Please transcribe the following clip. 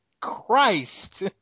Christ